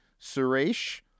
Suresh